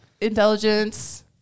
Intelligence